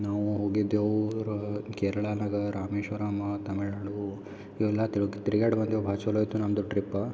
ನಾವು ಹೋಗಿದ್ದೆವು ರ ಕೇರಳನಾಗ ರಾಮೇಶ್ವರಮ್ ತಮಿಳುನಾಡು ಎಲ್ಲ ತಿಳ್ಕ ತಿರ್ಗ್ಯಾಡಿ ಬಂದೆವು ಭಾಳ್ ಚಲೋ ಇತ್ತು ನಮ್ಮದು ಟ್ರಿಪ್ಪ